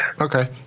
Okay